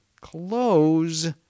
Close